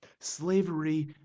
Slavery